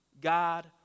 God